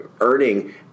earning